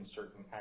certain